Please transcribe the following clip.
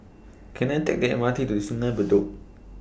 Can I Take The M R T to Sungei Bedok